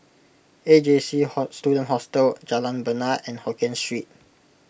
A J C Student Hostel Jalan Bena and Hokkien Street